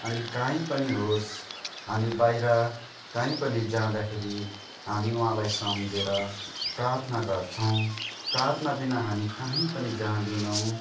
अनि काहीँ पनि होस् हामी बाहिर काहीँ पनि जाँदाखेरि हामी उहाँलाई सम्झेर प्रार्थना गर्छौँ प्रार्थनाबिना हामी काहीँ पनि जाँदैनौँ